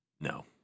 No